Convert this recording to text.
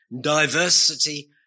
diversity